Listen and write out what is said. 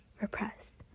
repressed